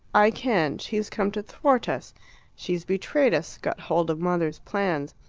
i can she's come to thwart us she's betrayed us got hold of mother's plans.